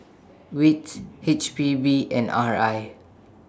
WITS H P B and R I